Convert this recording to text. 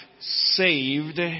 saved